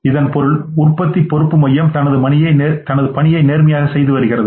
இதன் பொருள் உற்பத்தி பொறுப்பு மையம் தனது பணியை நேர்மையாக செய்து வருகிறது